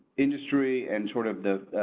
industry and sort of the,